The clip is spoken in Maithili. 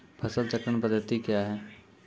फसल चक्रण पद्धति क्या हैं?